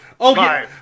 Okay